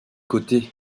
côtés